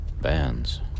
bands